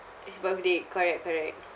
his birthday correct correct